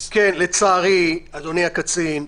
לצערי, אדוני הקצין,